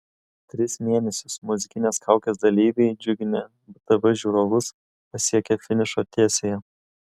tris mėnesius muzikinės kaukės dalyviai džiuginę btv žiūrovus pasiekė finišo tiesiąją